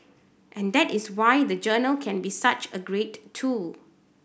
and that is why the journal can be such a great tool